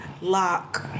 Lock